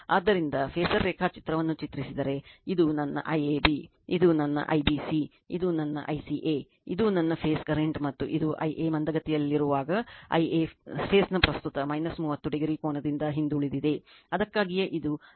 ಆದ್ದರಿಂದ ಫಾಸರ್ ರೇಖಾಚಿತ್ರವನ್ನು ಚಿತ್ರಿಸಿದರೆ ಇದು ನನ್ನ IAB ಇದು ನನ್ನ IBC ಇದು ನನ್ನ ICA ಇದು ನನ್ನ ಫೇಸ್ ಕರೆಂಟ್ ಮತ್ತು ಇದು Ia ಮಂದಗತಿಯಲ್ಲಿರುವಾಗ Ia ಈ ಫೇಸ್ ನ ಪ್ರಸ್ತುತ 30o ಕೋನದಿಂದ ಹಿಂದುಳಿದಿದೆ ಅದಕ್ಕಾಗಿಯೇ ಇದು Ia 30o Ib 30 ನಂತರ I c